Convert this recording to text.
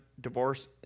divorce